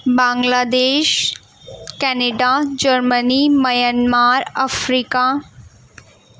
بنگلہ دیش Canada Germany Myanmar افریقہ